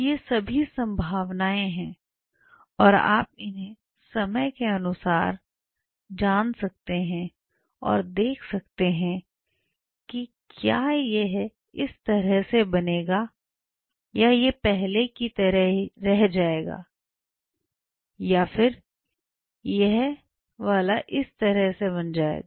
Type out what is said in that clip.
यह सभी संभावनाएं हैं और आप इन्हें समय के अनुसार जा सकते हैं और देख सकते हैं क्या यह इस तरह से बनेगा या यह पहले की तरह रह जाएगा या यह वाला इस तरह से बन जाएगा